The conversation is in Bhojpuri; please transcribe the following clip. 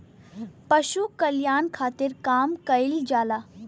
पशु कल्याण खातिर काम कइल जाला